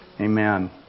Amen